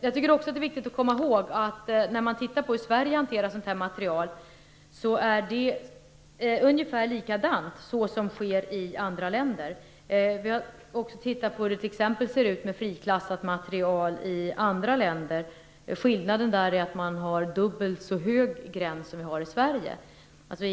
Det är viktigt att komma ihåg att Sverige hanterar sådant material på ungefär likadant sätt som sker i andra länder. Vi har titta på hur det t.ex. ser ut med friklassat material i andra länder. Skillnaden är att gränsen där är dubbelt så hög jämfört med Sverige.